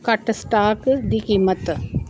ਘੱਟ ਸਟਾਕ ਦੀ ਕੀਮਤ